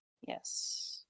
yes